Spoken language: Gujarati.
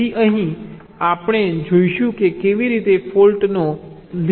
તેથી અહીં આપણે જોઈશું કે કેવી રીતે ફોલ્ટ લિસ્ટનો પ્રચાર કરવામાં આવે છે